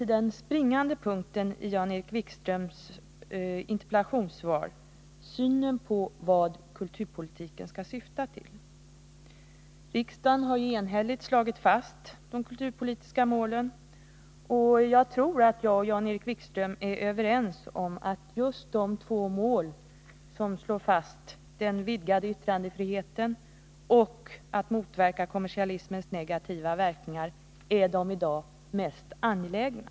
Den springande punkten i Jan-Erik Wikströms svar är emellertid synen på vad kulturpolitiken skall syfta till. Riksdagen har enhälligt slagit fast de kulturpolitiska målen, och jag tror att Jan-Erik Wikström och jag är överens om att de mål som slår fast den vidgade yttrandefriheten och bekämpar kommersialismens negativa verkningar är de i dag mest angelägna.